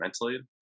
mentally